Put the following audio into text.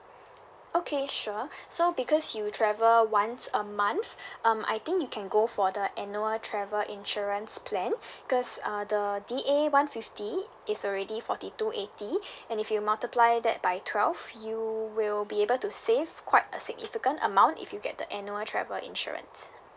okay sure so because you travel once a month um I think you can go for the annual travel insurance plan cause uh the t a one fifty is already forty two eighty and if you multiply that by twelve you will be able to save quite a significant amount if you get the annual travel insurance